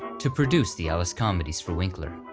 to produce the alice comedies for winkler.